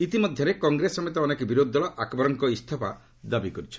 ଇତି ମଧ୍ୟରେ କଂଗ୍ରେସ ସମେତ ଅନେକ ବିରୋଧି ଦଳ ଆକ୍ବରଙ୍କ ଇସ୍ତଫା ଦାବି କରିଚ୍ଛନ୍ତି